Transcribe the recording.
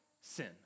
sin